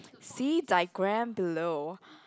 see diagram below